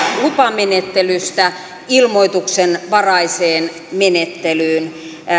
lupamenettelystä ilmoituksenvaraiseen menettelyyn